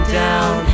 down